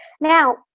now